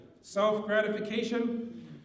self-gratification